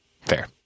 fair